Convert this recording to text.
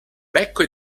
becco